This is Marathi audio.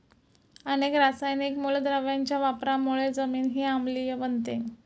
अनेक रासायनिक मूलद्रव्यांच्या वापरामुळे जमीनही आम्लीय बनते